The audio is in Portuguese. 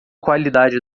qualidade